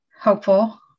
hopeful